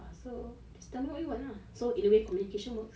ya so just tell me what you want lah so in a way communication works